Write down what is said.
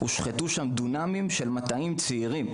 הושחתו שם דונמים של מטעים צעירים,